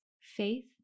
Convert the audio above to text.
faith